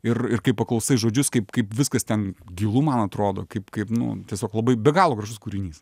ir ir kai paklausai žodžius kaip kaip viskas ten gilu man atrodo kaip kaip nu tiesiog labai be galo gražus kūrinys